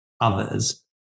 others